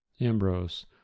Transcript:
Ambrose